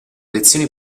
lezioni